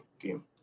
game